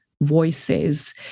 voices